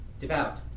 devout